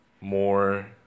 more